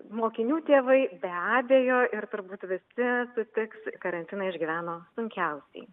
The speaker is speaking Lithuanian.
mokinių tėvai be abejo ir turbūt visi sutiks karantiną išgyveno sunkiausiai